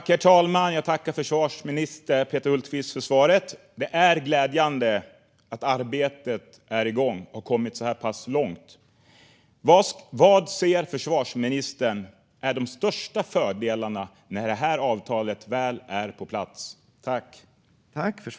Herr talman! Jag tackar försvarsminister Peter Hultqvist för svaret! Det är glädjande att arbetet är igång och har kommit så här pass långt. Vilka ser försvarsministern är de största fördelarna när det här avtalet väl är på plats?